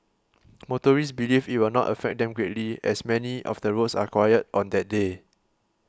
motorists believe it will not affect them greatly as many of the roads are quiet on that day